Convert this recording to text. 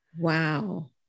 Wow